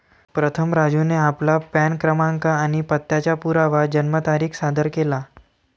प्रथम राजूने आपला पॅन क्रमांक आणि पत्त्याचा पुरावा जन्मतारीख सादर केला